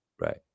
Right